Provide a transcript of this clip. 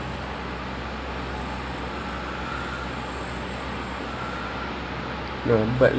uh macam ikut mood ah macam today macam feeling feeling satu so macam okay ah then ada days macam